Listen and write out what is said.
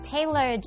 Taylor